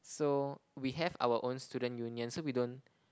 so we have our own student union so we don't